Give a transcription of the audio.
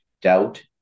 doubt